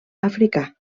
africà